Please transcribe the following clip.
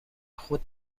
خود